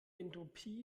entropie